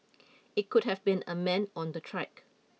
it could have been a man on the track